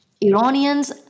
Iranians